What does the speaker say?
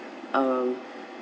um